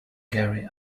gary